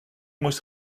moest